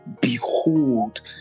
behold